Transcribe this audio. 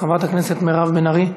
חברת הכנסת מירב בן ארי.